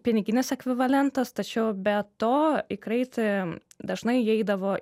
piniginis ekvivalentas tačiau be to į kraitį dažnai įeidavo